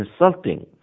insulting